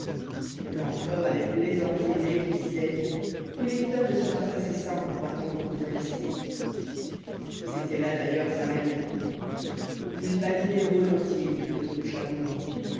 l'empereur avait plaisanté ney qui disait wellington ne sera pas assez simple pour attendre votre majesté c'était là d'ailleurs sa manière il badinait volontiers dit fleury de chaboulon